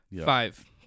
Five